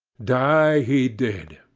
die he did,